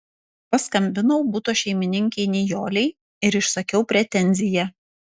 paskambinau buto šeimininkei nijolei ir išsakiau pretenziją